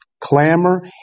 clamor